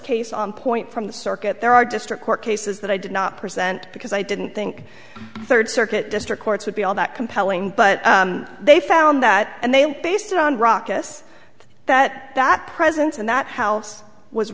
case on point from the circuit there are district court cases that i did not present because i didn't think third circuit district courts would be all that compelling but they found that and they based it on ruckus that that presence in that house was